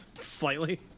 slightly